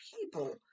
people